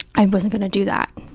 i wasn't going to do that,